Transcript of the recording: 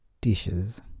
dishes